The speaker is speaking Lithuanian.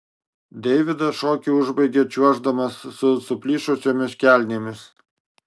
deividas šokį užbaigė čiuoždamas su suplyšusiomis kelnėmis